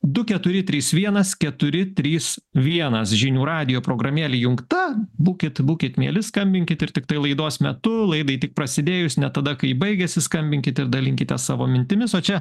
du keturi trys vienas keturi trys vienas žinių radijo programėlė įjungta būkit būkit mieli skambinkit ir tiktai laidos metu laidai tik prasidėjus ne tada kai ji baigiasi skambinkit ir dalinkitės savo mintimis o čia